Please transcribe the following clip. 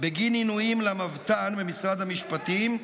בגין עינויים למבת"ן במשרד המשפטים,